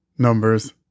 Numbers